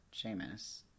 Seamus